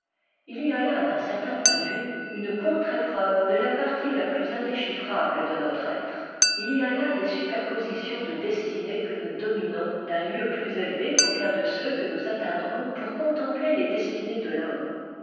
il y a là d'un certain point de vue une contre-épreuve de la partie la plus indéchiffrable de notre être il y a là des superpositions de destinées que nous dominons d'un lieu plus élevé qu'aucun de ceux que nous atteindrons pour contempler les destinées de rhomme